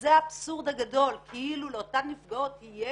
וזה האבסורד הגדול, כאילו לאותן נפגעות יש